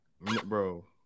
bro